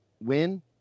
win